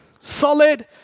solid